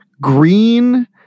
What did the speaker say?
green